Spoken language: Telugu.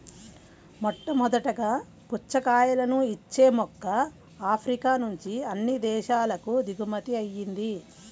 మొట్టమొదటగా పుచ్చకాయలను ఇచ్చే మొక్క ఆఫ్రికా నుంచి అన్ని దేశాలకు దిగుమతి అయ్యింది